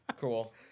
Cool